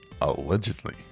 Allegedly